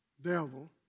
devil